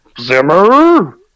Zimmer